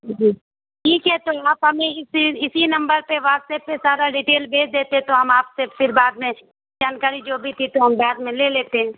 جی ٹھیک ہے تو آپ ہمیں اسی اسی نمبر پہ واٹس ایپ پہ سارا ڈیٹیل بھیج دیتے تو ہم آپ سے فر بعد میں جانکاری جو بھی تھی تو ہم بعد میں لے لیتے